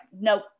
nope